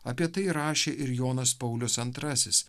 apie tai rašė ir jonas paulius antrasis